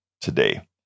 today